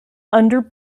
under